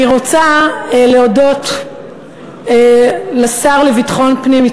אני רוצה להודות לשר לביטחון פנים,